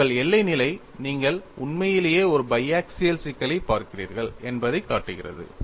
உங்கள் எல்லை நிலை நீங்கள் உண்மையிலேயே ஒரு பைஆக்சியல் சிக்கலைப் பார்க்கிறீர்கள் என்பதைக் காட்டுகிறது